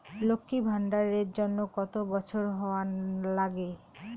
লক্ষী ভান্ডার এর জন্যে কতো বছর বয়স হওয়া লাগে?